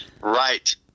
Right